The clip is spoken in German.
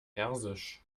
persisch